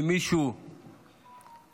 אם מישהו הסתפק